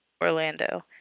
Orlando